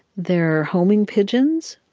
they're homing pigeons,